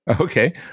Okay